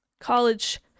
college